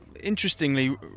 interestingly